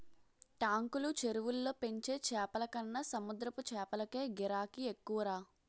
టాంకులు, చెరువుల్లో పెంచే చేపలకన్న సముద్రపు చేపలకే గిరాకీ ఎక్కువరా